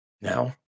Now